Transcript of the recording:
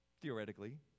theoretically